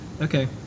Okay